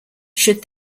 should